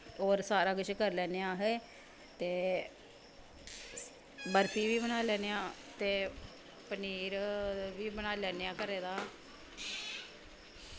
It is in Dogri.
होर सारा किश करी लैन्ने आं अस ते बरफी बी बनाई लैन्ने आं ते पनीर बी बनाई लैन्ने आं घरै दा